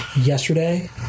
yesterday